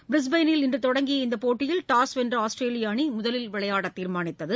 பிரிஸ்பெய்னில் இன்றுதொடங்கிய இந்தபோட்டியில் டாஸ் வென்ற ஆஸ்திரேலியஅனிமுதலில் விளையாடதீர்மாளித்தது